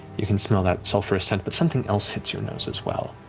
you can smell that sulfurous scent, but something else hits your nose as well,